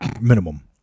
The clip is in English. Minimum